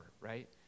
Right